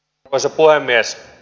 arvoisa puhemies